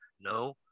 no